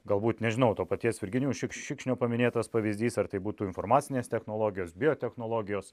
galbūt nežinau to paties virginijaus šik šikšnio paminėtas pavyzdys ar tai būtų informacinės technologijos biotechnologijos